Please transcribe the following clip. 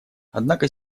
однако